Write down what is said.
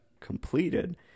completed